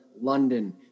London